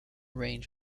range